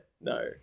no